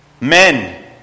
Men